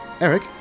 Eric